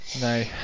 No